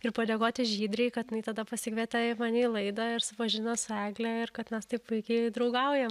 ir padėkoti žydrei kad jinai tada pasikvietė mane į laidą ir supažindino su egle ir kad mes taip puikiai draugaujam